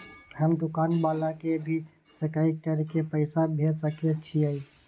हम दुकान वाला के भी सकय कर के पैसा भेज सके छीयै?